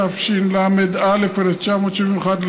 התשל"א 1971,